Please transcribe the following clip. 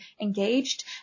engaged